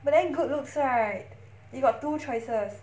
but then good looks right you got two choices